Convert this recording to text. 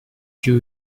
two